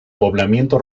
poblamiento